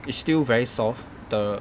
is still very soft the